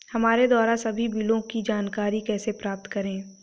हमारे द्वारा सभी बिलों की जानकारी कैसे प्राप्त करें?